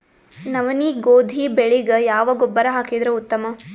ನವನಿ, ಗೋಧಿ ಬೆಳಿಗ ಯಾವ ಗೊಬ್ಬರ ಹಾಕಿದರ ಉತ್ತಮ?